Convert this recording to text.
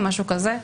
משהו כזה.